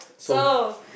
so